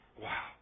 wow